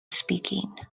speaking